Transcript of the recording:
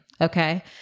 Okay